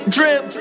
Drip